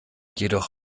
jedoch